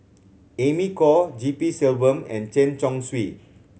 Amy Khor G P Selvam and Chen Chong Swee